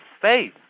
faith